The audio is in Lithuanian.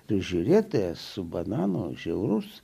prižiūrėtojas su banano žiaurus